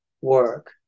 work